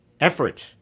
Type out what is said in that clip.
effort